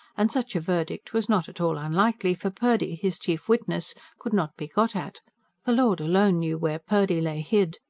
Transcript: and such a verdict was not at all unlikely for purdy, his chief witness, could not be got at the lord alone knew where purdy lay hid.